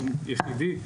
יחידי,